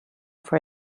for